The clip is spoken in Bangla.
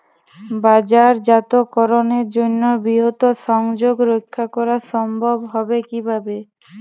বাজারজাতকরণের জন্য বৃহৎ সংযোগ রক্ষা করা সম্ভব হবে কিভাবে?